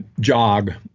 jog.